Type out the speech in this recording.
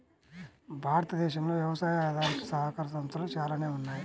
భారతదేశంలో వ్యవసాయ ఆధారిత సహకార సంస్థలు చాలానే ఉన్నాయి